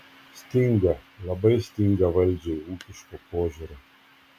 stinga labai stinga valdžiai ūkiško požiūrio